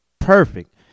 Perfect